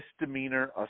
misdemeanor